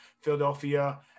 Philadelphia